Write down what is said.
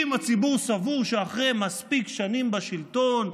אם הציבור סבור שאחרי מספיק שנים בשלטון,